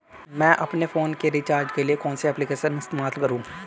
मैं अपने फोन के रिचार्ज के लिए कौन सी एप्लिकेशन इस्तेमाल करूँ?